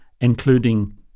including